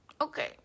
okay